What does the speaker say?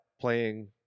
playing